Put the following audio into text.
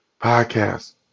podcast